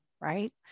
right